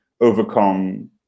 overcome